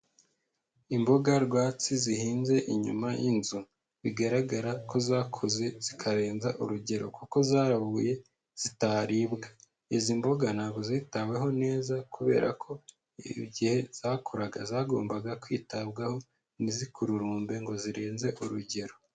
Imboga rwatsi zihinze inyuma y'inzu, bigaragara ko zakuze zikarenza urugero kuko zarabuye zitaribwa, izi mboga ntabwo zitaweho neza kubera ko igihe zakuraga zagombaga kwitabwaho ntizikurukumbe ngo zirenze urugero.